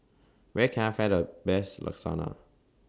Where Can I Find Best Lasagna